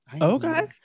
Okay